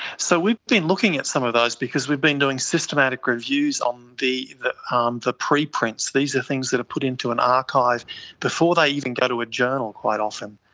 so we've been looking at some of those because we've been doing systematic reviews on the the um preprints. these are things that are put into an archive before they even go to a journal quite often.